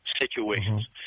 situations